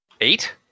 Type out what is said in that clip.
Eight